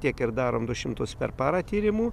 tiek ir darom du šimtus per parą tyrimų